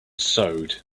sewed